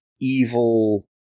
evil